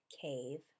cave